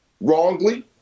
wrongly